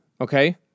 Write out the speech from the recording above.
Okay